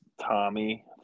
Tommy